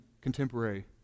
contemporary